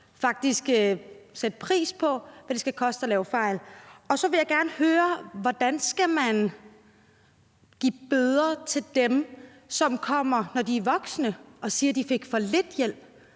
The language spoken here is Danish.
faktisk prissætte, hvad det skal koste at lave fejl. Så vil jeg gerne høre: Hvordan skal man give bøder i forhold til dem, som kommer, når de er voksne, og siger, at de fik for lidt hjælp